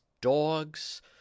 dogs